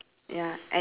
shouting for help